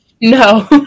No